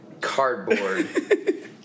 cardboard